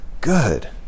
good